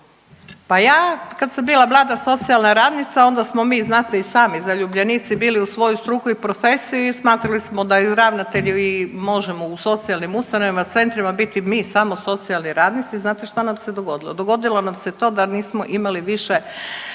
Pa ja kad sam bila mlada socijalna radnica onda smo mi znate i sami zaljubljenici bili u svoju struku i profesiju i smatrali smo da i ravnatelj možemo u socijalnim ustanovama, centrima biti mi samo socijalni radnici. Znate šta nam se dogodilo? Dogodilo nam se to da nismo imali više